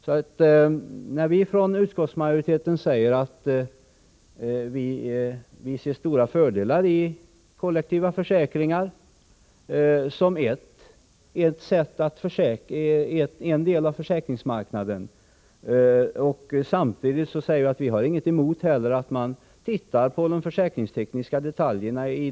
Vi som tillhör utskottsmajoriteten säger att vi ser stora fördelar med kollektiva försäkringar som en del av försäkringsmarknaden och att vi inte har någonting emot att de två utredningar som är i gång ser på de försäkringstekniska detaljerna.